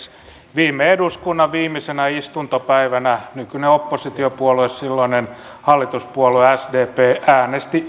viime eduskunnan viimeisenä istuntopäivänä nykyinen oppositiopuolue silloinen hallituspuolue sdp äänesti